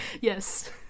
Yes